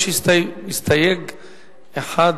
יש מסתייג אחד,